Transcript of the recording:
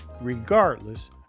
regardless